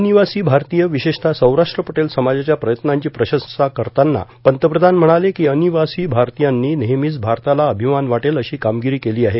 अनिवासी भारतीय विशेषतः सौराष्ट्र पटेल समाजाच्या प्रयत्नांची प्रशंसा करताना पंतप्रधान म्हणाले की अनिवासी भारतीयांनी नेहमीच भारताला अभिमान वाटेल अशी कामगिरी केली आहे